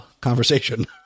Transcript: conversation